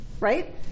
right